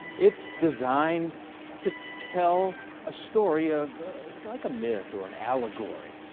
it's designed to tell a story of like a myth or an allegory.